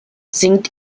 singt